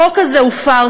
החוק הוא פארסה.